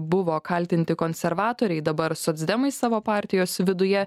buvo kaltinti konservatoriai dabar socdemai savo partijos viduje